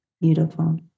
Beautiful